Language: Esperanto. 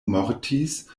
mortis